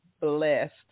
blessed